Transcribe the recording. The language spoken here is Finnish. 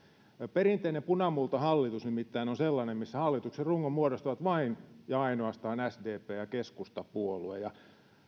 perinteinen punamultahallitus nimittäin on sellainen missä hallituksen rungon muodostavat vain ja ainoastaan sdp ja keskustapuolue